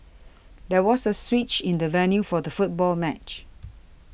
there was a switch in the venue for the football match